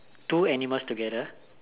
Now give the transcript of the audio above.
two animals together